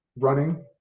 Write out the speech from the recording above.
running